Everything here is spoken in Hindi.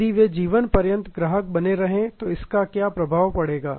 यदि वे जीवन पर्यंत ग्राहक बने रहे तो इसका क्या प्रभाव पड़ेगा